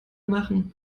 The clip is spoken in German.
machen